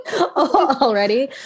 already